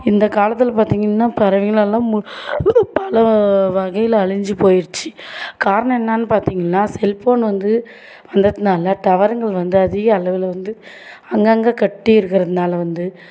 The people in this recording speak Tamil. இந்த காலத்தில் பார்த்தீங்கன்னா பறவைங்களை எல்லாம் மு பல வ வகையில் அழிந்து போயிருச்சு காரணம் என்னென்னு பார்த்தீங்கன்னா செல்ஃபோன் வந்து வந்ததனால டவர்ங்கள் வந்து அதிக அளவில் வந்து அங்கங்கே கட்டிருக்குறதனால வந்து